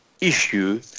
issue